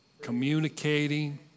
communicating